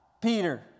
Peter